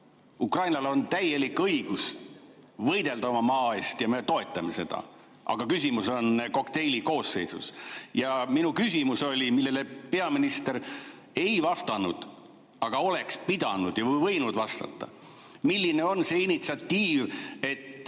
Ukrainal on täielik õigus võidelda oma maa eest ja me toetame seda. Aga küsimus on kokteili koosseisus. Minu küsimus, millele peaminister ei vastanud, aga oleks pidanud vastama ja võinud vastata, oli see: milline on see initsiatiiv, et